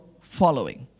following